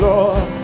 Lord